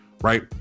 Right